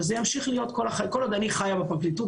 וזה ימשיך להיות כל עוד אני חיה בפרקליטות.